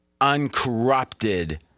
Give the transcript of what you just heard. uncorrupted